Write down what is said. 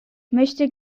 möchte